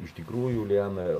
iš tikrųjų lijana